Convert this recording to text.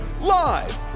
live